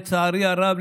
לצערי הרב,